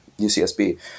UCSB